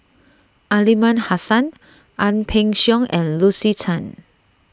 Aliman Hassan Ang Peng Siong and Lucy Tan